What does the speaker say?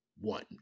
One